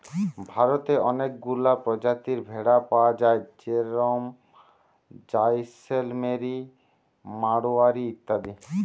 ভারতে অনেকগুলা প্রজাতির ভেড়া পায়া যায় যেরম জাইসেলমেরি, মাড়োয়ারি ইত্যাদি